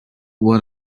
what